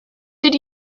did